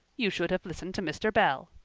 you should have listened to mr. bell.